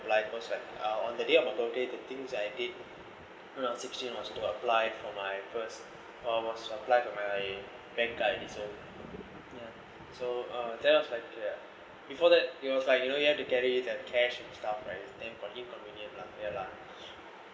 like cause like uh on the day of my birthday the things I did when I was sixteen was to apply for my first was apply for my bank card already so ya so uh that was like ya before that it was like you know you have to carry that cash and stuff right then inconvenient lah ya lah